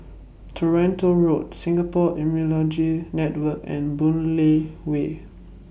Toronto Road Singapore Immunology Network and Boon Lay Way